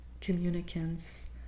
communicants